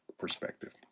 perspective